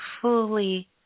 fully